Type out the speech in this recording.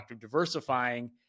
diversifying